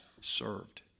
served